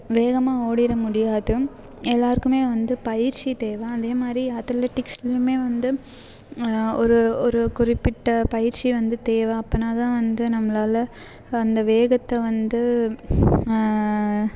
வேகமாக ஓடிட முடியாது எல்லோருக்குமே வந்து பயிற்சி தேவை அதே மாதிரி அத்லெட்டிக்ஸ்லேயுமே வந்து ஒரு ஒரு குறிப்பிட்ட பயிற்சி வந்து தேவை அப்படினாதா வந்து நம்மளால அந்த வேகத்தை வந்து